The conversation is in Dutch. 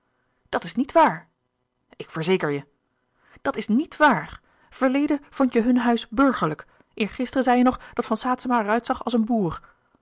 dat is niet waar ik verzeker je dat is niet waar verleden vondt je hun huis burgerlijk eergisteren zei je nog dat van saetzema er uitzag als een boer